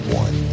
one